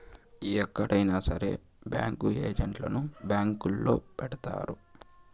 ఎక్కడైనా సరే బ్యాంకు ఏజెంట్లను బ్యాంకొల్లే పెడతారు